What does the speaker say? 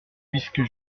puisque